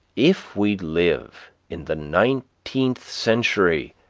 if we live in the nineteenth century,